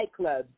nightclubs